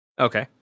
Okay